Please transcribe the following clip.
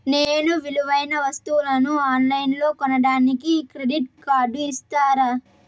నేను విలువైన వస్తువులను ఆన్ లైన్లో కొనడానికి క్రెడిట్ కార్డు ఇస్తారా?